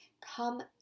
come